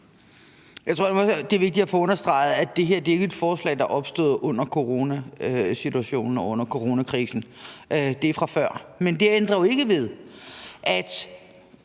det er vigtigt at få understreget, at det her jo ikke er et forslag, der er opstået under coronasituationen og under coronakrisen, det er fra før. Men det ændrer jo ikke ved, at